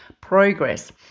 progress